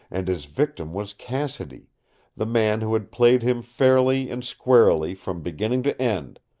and his victim was cassidy the man who had played him fairly and squarely from beginning to end,